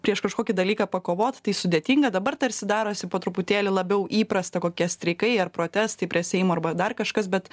prieš kažkokį dalyką pakovot tai sudėtinga dabar tarsi darosi po truputėlį labiau įprasta kokie streikai ar protestai prie seimo arba dar kažkas bet